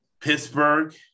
Pittsburgh